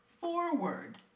Forward